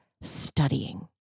studying